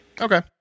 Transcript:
Okay